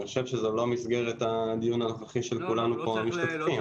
אני חושב שזו לא מסגרת הדיון הנוכחי כשכולנו פה משתתפים.